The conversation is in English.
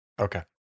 Okay